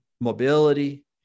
mobility